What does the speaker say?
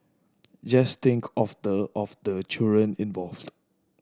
just think of the of the children involved